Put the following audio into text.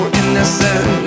innocent